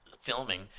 filming